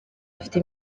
bafite